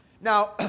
Now